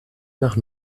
nach